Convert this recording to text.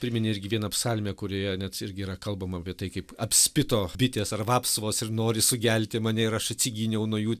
priminė irgi vieną psalmę kurioje net irgi yra kalbama apie tai kaip apspito bitės ar vapsvos ir nori sugelti mane ir aš atsigyniau nuo jų